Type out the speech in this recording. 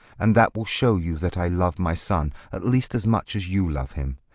and that will show you that i love my son, at least as much as you love him.